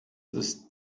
ist